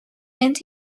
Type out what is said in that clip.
and